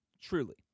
Truly